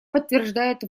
подтверждает